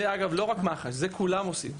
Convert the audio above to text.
זה, אגב, לא רק מח"ש, זה כולם עושים.